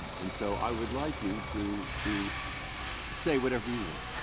and so i would like you to to say whatever you want.